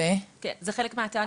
זה חלק מהתהליך.